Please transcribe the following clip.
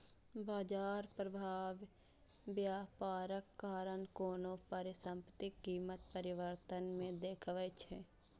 बाजार प्रभाव व्यापारक कारण कोनो परिसंपत्तिक कीमत परिवर्तन मे देखबै छै